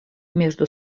между